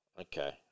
Okay